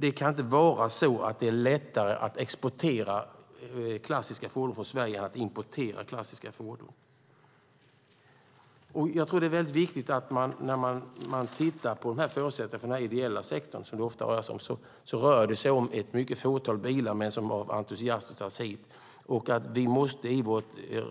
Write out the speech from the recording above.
Det kan inte vara så att det är lättare att exportera klassiska fordon från Sverige än att importera klassiska fordon. När man tittar på förutsättningarna för den här ideella sektorn, som det ofta rör sig om, tror jag att man ser att det rör sig om ett litet fåtal bilar som tas hit av entusiaster. Vi måste i vår